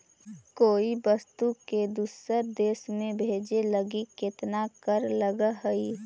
कोई वस्तु के दूसर देश में भेजे लगी केतना कर लगऽ हइ?